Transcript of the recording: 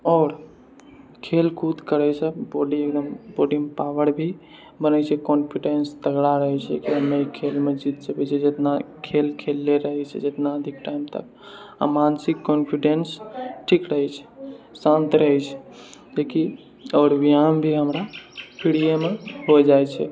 आओर खेल कूद करैसँ बॉडी एकदम बॉडीमे पावर भी बनै छै कॉन्फिडेन्स तगड़ा रहै छै की हम ई खेलमे जीत जेबै जे जितना खेल खेलले रहै छै जितना अधिक टाइम तक मानसिक कॉन्फिडेन्स ठीक रहै छै शान्त रहै छै कियाकि आओर व्यायाम भी हमरा फ्रीयेमे हो जाइ छै